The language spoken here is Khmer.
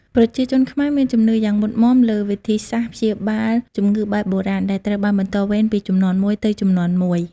ប្រជាជនខ្មែរមានជំនឿយ៉ាងមុតមាំលើវិធីសាស្ត្រព្យាបាលជំងឺបែបបុរាណ ដែលត្រូវបានបន្តវេនពីជំនាន់មួយទៅជំនាន់មួយ។